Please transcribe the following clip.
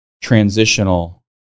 transitional-